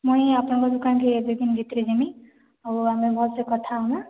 ମୁଇଁ ଆପଣଙ୍କ ଦୁକାନ୍କେ ଏକ୍ ଦୁଇ ଦିନ ଭିତ୍ରେ ଜିମି ଆଉ ଆମେ ଭଲ୍ସେ କଥା ହମା